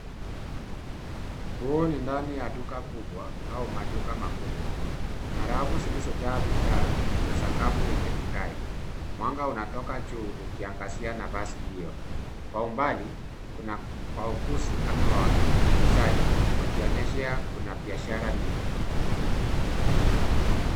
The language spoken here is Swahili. Hii ni duka kubwa au maduka makubwa. Kuna rafu zilizojaa bidhaa na sakafu yenye kung’aa. Mwanga unatoka nje ukiangaza eneo hilo. Kwa umbali, kuna wauzaji au wasaidizi wa dukani wakionyesha shughuli za kibiashara.